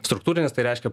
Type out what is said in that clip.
struktūrinis tai reiškia